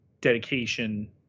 dedication